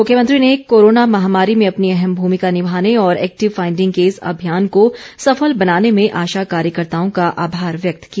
मुख्यमंत्री ने कोरोना महामारी में अपनी अहम भूमिका निभाने और एक्टिव फाईडिंग केस अभियान को सफल बैनाने में आशा कार्यकर्ताओं का आभार व्यक्त किया